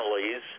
families